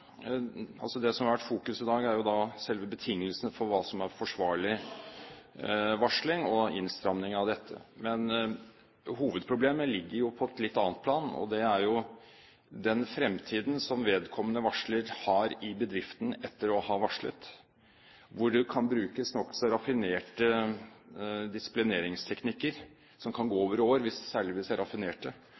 betingelsene for hva som er forsvarlig varsling og innstramming av dette. Hovedproblemet ligger på et litt annet plan, og det er den fremtiden som vedkommende varsler har i bedriften etter å ha varslet. Det kan brukes nokså raffinerte disiplineringsteknikker, som kan gå over år, særlig hvis de er raffinerte, og det er nesten umulig å føre bevis for at man ikke har hatt den karriereutviklingen – det gjelder særlig